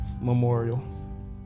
memorial